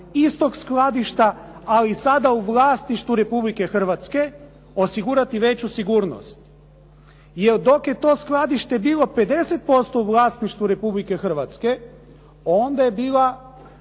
istog skladišta, a i sada u vlasništvu Republike Hrvatske osigurati veću sigurnost. Jer dok je to skladište bilo 50% u vlasništvu Republike Hrvatske, onda je bila